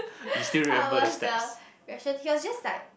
what was the reaction he was just like